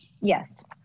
Yes